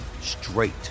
straight